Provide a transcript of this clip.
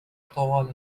طوال